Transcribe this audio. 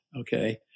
okay